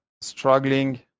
struggling